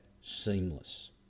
seamless